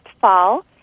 fall